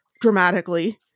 dramatically